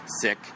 sick